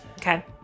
Okay